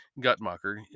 Guttmacher